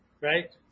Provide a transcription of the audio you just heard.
right